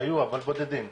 היו אבל בודדים,